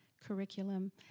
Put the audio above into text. curriculum